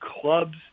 clubs